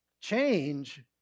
Change